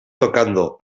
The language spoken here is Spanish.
tocando